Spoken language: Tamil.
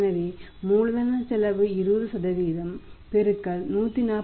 எனவே மூலதனச் செலவு 20 பெருக்கல் 144